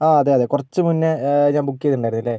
ആ അതെ അതെ കുറച്ച് മുന്നെ ഞാൻ ബുക്ക് ചെയ്തിട്ടുണ്ടായിരുന്നില്ലേ